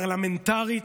פרלמנטרית,